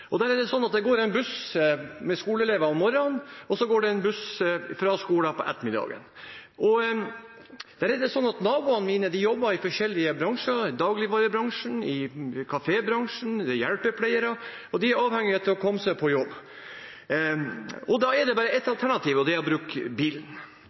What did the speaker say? skoleelever om morgenen, og så går det en buss fra skolen på ettermiddagen. Naboene mine jobber i forskjellige bransjer – dagligvarebransjen, kafébransjen, noen er hjelpepleiere – og de er avhengige av å komme seg på jobb. Da er det bare ett